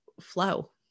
flow